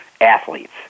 athletes